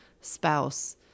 spouse